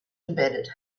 embedded